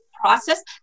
process